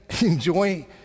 enjoy